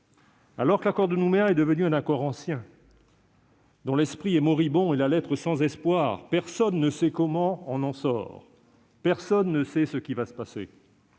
Alors que l'accord de Nouméa est désormais un accord ancien, dont l'esprit est moribond et la lettre sans espoir, personne ne sait comment en sortir, personne ne sait ce qui va se passer.